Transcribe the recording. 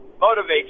motivate